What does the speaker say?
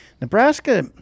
Nebraska